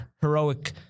heroic